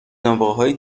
نابغههای